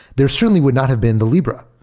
there certainly would not have been the libra,